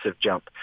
jump